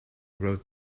wrote